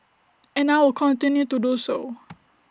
and I will continue to do so